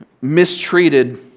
mistreated